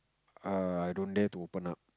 err I don't dare to open up